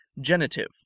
Genitive